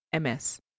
MS